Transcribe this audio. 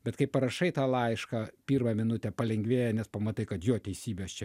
bet kai parašai tą laišką pirmą minutę palengvėja nes pamatai kad jo teisybė aš čia